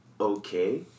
okay